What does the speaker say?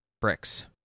bricks